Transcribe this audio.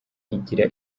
igira